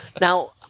Now